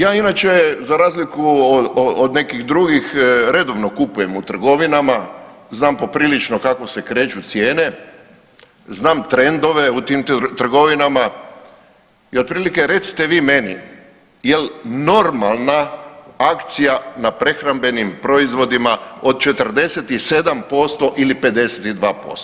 Ja inače za razliku od nekih drugih redovno kupujem u trgovinama, znam poprilično kako se kreću cijene, znam trendove u tim trgovima i otprilike recite vi meni je li normalna akcija na prehrambenim proizvodima od 47% ili 52%